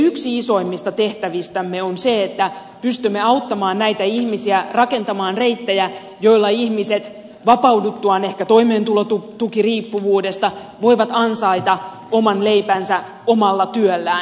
yksi isoimmista tehtävistämme on se että pystymme auttamaan näitä ihmisiä rakentamaan reittejä joilla ihmiset vapauduttuaan ehkä toimeentulotukiriippuvuudesta voivat ansaita oman leipänsä omalla työllään